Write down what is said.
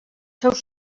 seus